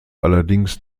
allerdings